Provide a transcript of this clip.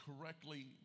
correctly